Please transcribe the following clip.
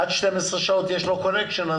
עד 12 שעות יש לו קונקשן,